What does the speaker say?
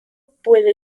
puede